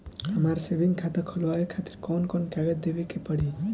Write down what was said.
हमार सेविंग खाता खोलवावे खातिर कौन कौन कागज देवे के पड़ी?